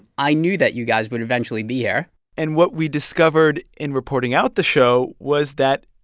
i knew that you guys would eventually be here and what we discovered in reporting out the show was that,